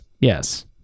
Yes